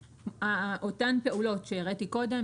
שאותן פעולות שהראיתי קודם,